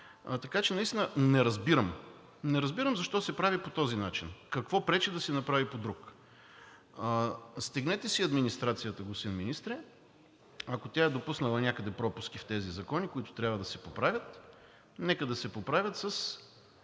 Така че наистина не разбирам. Не разбирам защо се прави по този начин. Какво пречи да се направи по друг? Стегнете си администрацията, господин Министър. Ако тя е допуснала някъде пропуски в тези закони, които трябва да се поправят, нека да се поправят с